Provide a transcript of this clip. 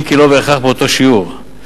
אם כי לא בהכרח באותו שיעור.